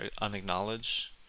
unacknowledged